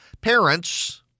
Parents